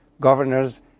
governors